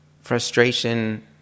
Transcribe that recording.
frustration